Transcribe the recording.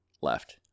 left